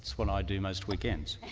that's what i do most weekends.